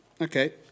Okay